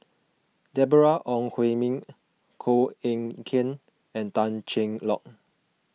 Deborah Ong Hui Min Koh Eng Kian and Tan Cheng Lock